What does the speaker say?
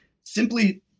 simply